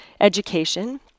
education